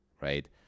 right